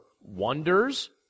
wonders